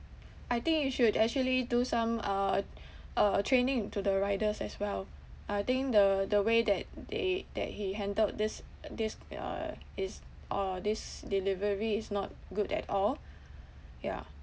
I think you should actually do some uh uh training to the riders as well I think the the way that they that he handled this this uh is uh this delivery is not good at all yeah